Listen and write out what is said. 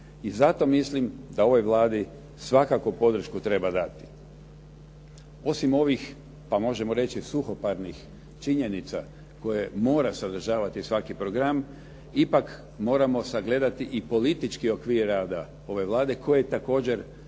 i zato mislim da ovoj Vladi svakako podršku treba dati. Osim ovih, pa možemo reći suhoparnih činjenica koje mora sadržavati svaki program, ipak moramo sagledati i politički okvir rada ove Vlade koji je također